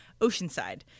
Oceanside